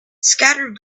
scattered